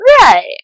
right